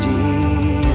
Jesus